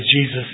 Jesus